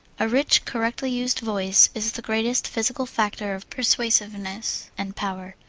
a rich, correctly-used voice is the greatest physical factor of persuasiveness and power,